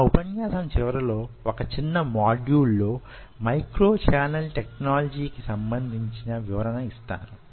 నా ఉపన్యాసం చివరలో వొక చిన్న మోడ్యూల్ లో మైక్రో ఛానల్ టెక్నాలజీ కి సంబంధించిన వివరణ యిస్తాను